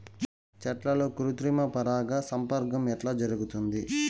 చెట్లల్లో కృత్రిమ పరాగ సంపర్కం ఎట్లా జరుగుతుంది?